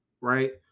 right